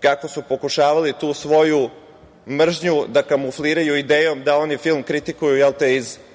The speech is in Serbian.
kako su pokušavali tu svoju mržnju da kamufliraju idejom da oni film kritikuju iz nekih